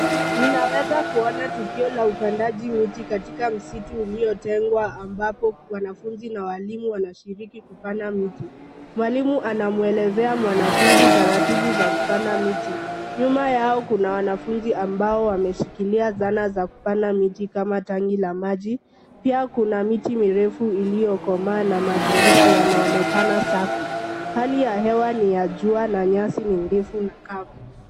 Ninaweza kuona tukio la upandaji miti katika msitu uliotengwa ambapo wanafunzi na walimu wanashiriki kupanda miti. Mwalimu anamwelezea mwanafunzi taratibu za kupanda miti. Nyuma yao kuna wanafunzi ambao wameshikilia zana za kupanda miti kama tangi la maji. Pia kuna miti mirefu iliyo komaa na mazingira yanaonekana safi hali ya anga ni ya jua na nyasi ni mbivu na kavu.